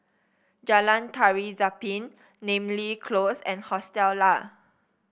Jalan Tari Zapin Namly Close and Hostel Lah